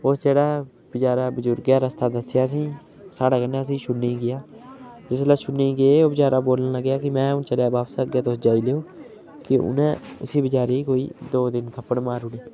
ओह् जेह्ड़ा बचैरा बजुर्गै ऐ रस्ता दस्सेआ असेंगी साढ़े कन्नै असेंगी छोड़ने गी गेआ जिसलै छोड़ने गी गे ओह् बचैरा बोलन लगेआ कि में हून चलेआ बापस अग्गें तुस जाई लैओ कि उन्नै उसी बचैरे गी कोई दो तिन थप्पड़ मारू ओड़े